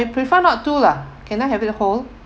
prefer not to lah can I have it whole